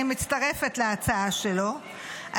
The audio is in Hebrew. אני מצטרפת להצעה שלו,